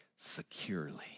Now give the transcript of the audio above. securely